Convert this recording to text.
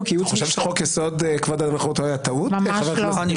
ממש לא.